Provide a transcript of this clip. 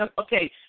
okay